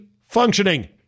functioning